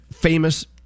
famous